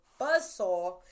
buzzsaw